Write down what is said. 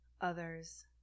others